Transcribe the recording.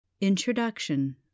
Introduction